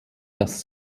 das